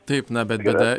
taip na bet bėda